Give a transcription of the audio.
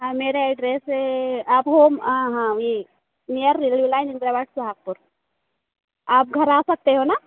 हाँ मेरा एड्रेस है आप होम हाँ वही near railway line Indira ward Sohagpur आप घर आ सकते हो ना